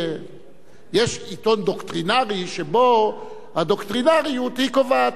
יש עיתון דוקטרינרי שבו הדוקטרינריוּת קובעת.